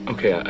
Okay